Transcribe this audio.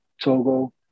Togo